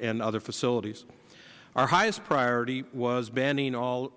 and other facilities our highest priority was the banning of all